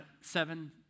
seven